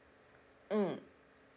mm